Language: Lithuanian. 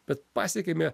bet pasiekėme